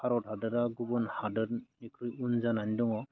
भारत हादरा गुबुन हादोरनिख्रुइ उन जानानै दङ